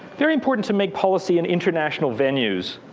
very important to make policy and international venues.